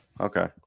Okay